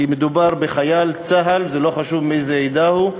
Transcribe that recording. כי מדובר בחייל צה"ל, לא חשוב מאיזה עדה הוא,